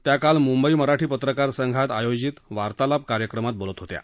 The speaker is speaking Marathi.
त्या काल मुद्धि मराठी पत्रकार सद्यात आयोजित वार्तालाप कार्यक्रमात बोलत होत्या